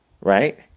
right